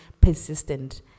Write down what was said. persistent